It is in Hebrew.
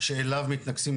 שאליו מתנקזים,